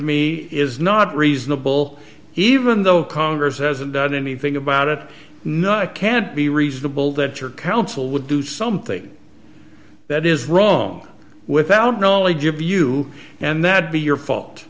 me is not reasonable even though congress hasn't done anything about it not can't be reasonable that your counsel would do something that is wrong without knowledge of you and that be your fault